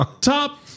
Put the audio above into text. Top